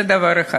זה דבר אחד.